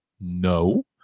No